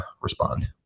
respond